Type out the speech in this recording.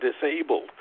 disabled